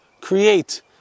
create